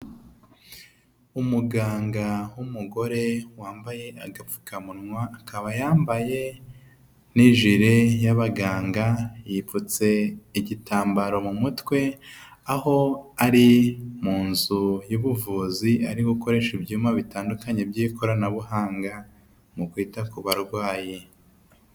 Umuganga w'umugore wambaye agapfukamunwa akaba yambaye n'ijire y'abaganga yipfutse igitambaro mu mutwe, aho ari mu nzu y'ubuvuzi ari gukoresha ibyuma bitandukanye by'ikoranabuhanga mu kwita ku barwayi.